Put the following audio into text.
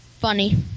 funny